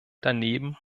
daneben